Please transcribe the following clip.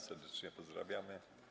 Serdecznie pozdrawiamy.